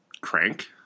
Crank